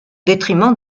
détriment